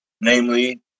namely